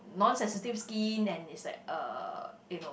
non sensitive skin and it's like uh you know